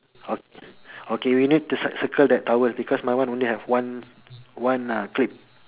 okay okay we need to cir~ circle that towel because mine only have one one uh clip